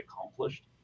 accomplished